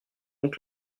donc